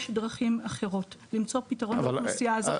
יש דרכים אחרות למצוא פתרון לאוכלוסייה הזאת.